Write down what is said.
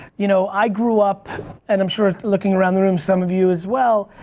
you know i grew up and i'm sure looking around the room some of you as well,